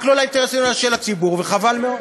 רק לא לאינטרסים של הציבור, וחבל מאוד.